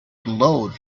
glowed